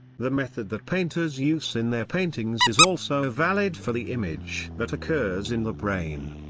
the method that painters use in their paintings is also valid for the image that occurs in the brain.